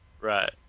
right